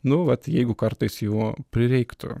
nu vat jeigu kartais jų prireiktų